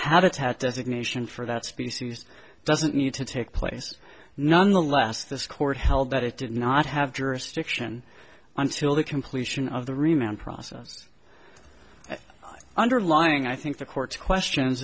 habitat designation for that species doesn't need to take place nonetheless this court held that it did not have jurisdiction until the completion of the remount process underlying i think the court's questions